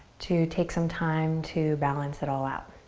to take some time to balance it all out.